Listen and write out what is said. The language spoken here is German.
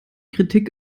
kritik